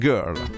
Girl